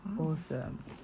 Awesome